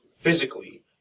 physically